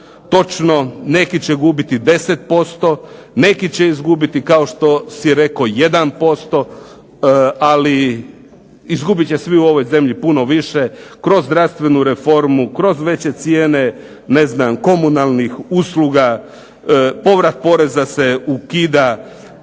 Točno, neki će gubiti 10%, neki će izgubiti kao što si rekao 1%, ali izgubit će svi u ovoj zemlji puno više kroz zdravstvenu reformu, kroz veće cijene, ne znam komunalnih usluga, povrat poreza se ukida,